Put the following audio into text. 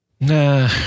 Nah